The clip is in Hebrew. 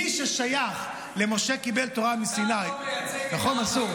מי ששייך למשה קיבל תורה מסיני, נכון, מנסור?